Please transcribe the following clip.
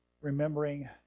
remembering